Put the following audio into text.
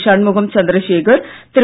Shanmugam Chandrasekar Thiru